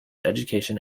education